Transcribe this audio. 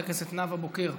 חברת הכנסת נאוה בוקר,